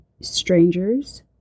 strangers